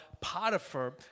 Potiphar